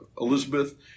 Elizabeth